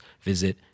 visit